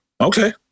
Okay